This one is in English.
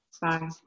Bye